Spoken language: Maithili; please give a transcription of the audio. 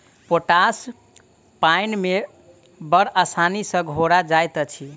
पोटास पाइन मे बड़ आसानी सॅ घोरा जाइत अछि